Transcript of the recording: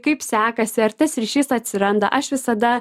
kaip sekasi ar tas ryšys atsiranda aš visada